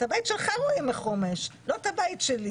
את הבית שלך רואים מחומש, לא את הבית שלי.